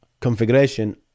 configuration